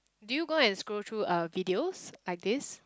do you go and scroll through uh videos like this